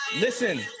Listen